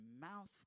mouth